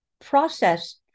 Process